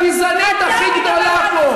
מכיוון שאת הגזענית הכי, אתה, גדולה פה.